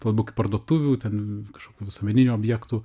tuo labiau kaip parduotuvių ten kažkokių visuomeninių objektų